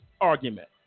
argument